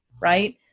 right